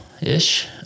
ish